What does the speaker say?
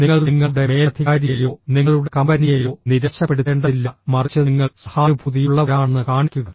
നിങ്ങൾ നിങ്ങളുടെ മേലധികാരിയെയോ നിങ്ങളുടെ കമ്പനിയെയോ നിരാശപ്പെടുത്തേണ്ടതില്ല മറിച്ച് നിങ്ങൾ സഹാനുഭൂതിയുള്ളവരാണെന്ന് കാണിക്കുക